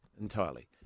Entirely